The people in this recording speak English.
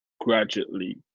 gradually